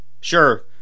sure